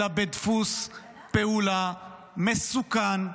אלא בדפוס פעולה מסוכן,